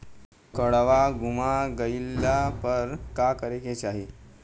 काडवा गुमा गइला पर का करेके चाहीं?